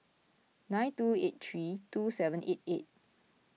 nine two eight three two seven eight eight